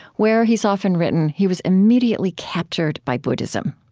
where, he has often written, he was immediately captured by buddhism.